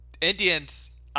Indians